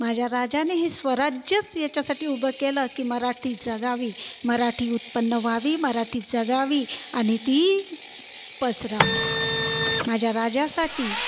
माझ्या राजांनी हे स्वराज्यच याच्यासाठी उभं केलं की मराठी जगावी मराठी उत्पन्न व्हावी मराठी जगावी आणि ती पसरावी माझ्या राजासाठी